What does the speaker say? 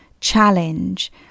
challenge